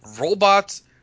robots